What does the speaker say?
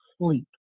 sleep